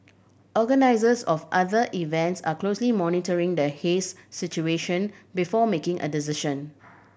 organisers of other events are closely monitoring the haze situation before making a decision